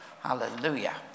Hallelujah